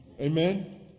Amen